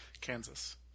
Kansas